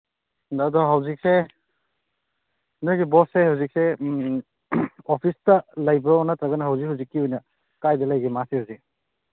ꯑꯗꯣ ꯍꯧꯖꯤꯛꯁꯦ ꯅꯣꯏꯒꯤ ꯕꯣꯁꯁꯦ ꯍꯧꯖꯤꯛꯁꯦ ꯑꯣꯐꯤꯁꯇ ꯂꯩꯕ꯭ꯔꯣ ꯅꯠꯇ꯭ꯔꯒꯅ ꯍꯧꯖꯤꯛ ꯍꯧꯖꯤꯛꯀꯤ ꯑꯣꯏꯅ ꯀꯥꯏꯗ ꯂꯩꯒꯦ ꯃꯥꯁꯦ ꯍꯧꯖꯤꯛ